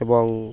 এবং